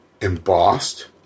embossed